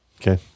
Okay